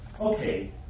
Okay